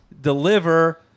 deliver